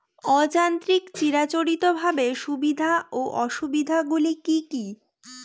অযান্ত্রিক চিরাচরিতভাবে সুবিধা ও অসুবিধা গুলি কি কি?